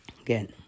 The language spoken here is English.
Again